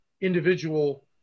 individual